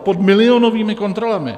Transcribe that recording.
Pod milionovými kontrolami.